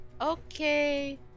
Okay